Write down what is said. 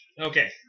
Okay